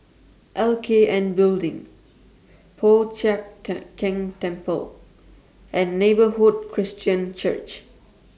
L K N Building Po Chiak Keng Temple and Neighbourhood Christian Church